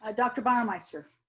ah dr. bauermeister.